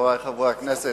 חברי חברי הכנסת,